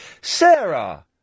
Sarah